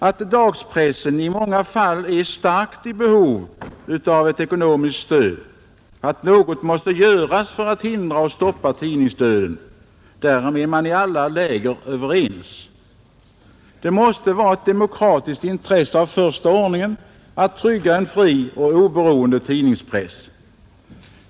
Att dagspressen i många fall är i starkt behov av ett ekonomiskt stöd och att något måste göras för att stoppa tidningsdöden, därom är man i alla läger överens, Det måste vara ett demokratiskt intresse av första ordningen att trygga en fri och oberoende tidningspress.